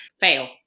fail